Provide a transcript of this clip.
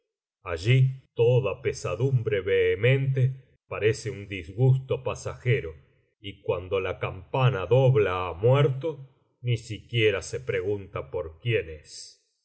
allí toda pesadumbre vehemente parece un disgusto pasajero y cuando la campana dobla á muerto ni siquiera se pregunta por quién